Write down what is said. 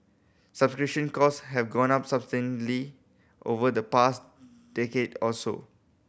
subscription cost have gone up substantially over the past decade or so